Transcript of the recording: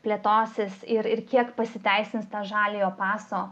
plėtosis ir ir kiek pasiteisins to žaliojo paso